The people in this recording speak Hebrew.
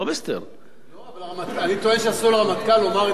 אני טוען שאסור לרמטכ"ל לומר את דעתו בתחום הזה כלפי הציבור.